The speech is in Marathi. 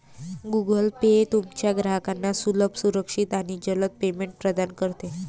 गूगल पे तुमच्या ग्राहकांना सुलभ, सुरक्षित आणि जलद पेमेंट प्रदान करते